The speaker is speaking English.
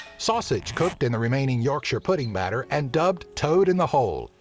sausage cooked in the remaining yorkshire pudding batter and dubbed toad-in-the-hole,